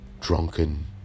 drunken